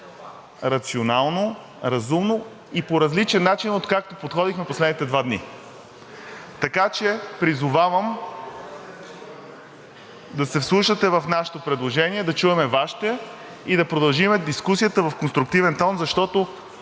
рационално, разумно и по различен начин, отколкото подходихме в последните два дни. Така че призовавам да се вслушате в нашето предложение, да чуем Вашите предложения и да продължим дискусията в конструктивен тон, защото